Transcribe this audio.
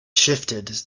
shifted